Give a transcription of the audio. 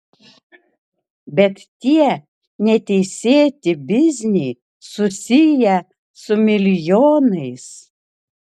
bet tie neteisėti bizniai susiję su milijonais